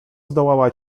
zdołała